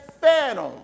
phantom